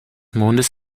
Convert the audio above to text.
mondes